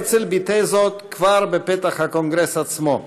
הרצל ביטא זאת כבר בפתח הקונגרס עצמו,